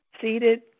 seated